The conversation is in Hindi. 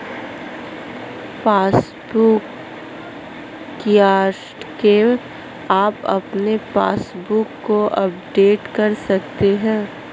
पासबुक किऑस्क से आप अपने पासबुक को अपडेट कर सकते हैं